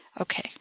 Okay